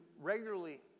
regularly